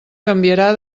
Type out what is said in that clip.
canviarà